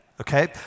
okay